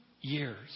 years